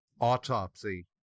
autopsy